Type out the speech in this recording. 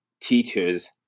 teachers